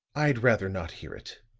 i'd rather not hear it.